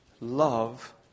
love